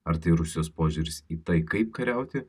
ar tai rusijos požiūris į tai kaip kariauti